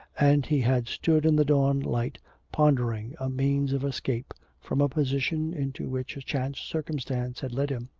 and he had stood in the dawn light pondering a means of escape from a position into which a chance circumstance had led him.